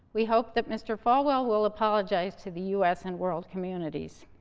we hope that mr. falwell will apologize to the u s. and world communities.